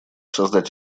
создать